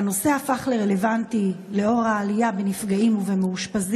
הנושא הפך לרלוונטי לאור העלייה בנפגעים ובמאושפזים